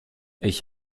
ich